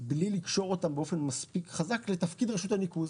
מבלי לקשור אותם מספיק חזק לתפקיד רשות הניקוז,